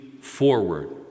forward